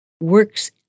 works